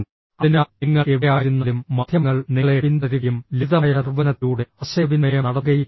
അതിനാൽ നിങ്ങൾ എവിടെയായിരുന്നാലും മാധ്യമങ്ങൾ നിങ്ങളെ പിന്തുടരുകയും ലളിതമായ നിർവചനത്തിലൂടെ ആശയവിനിമയം നടത്തുകയും ചെയ്യും